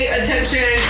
attention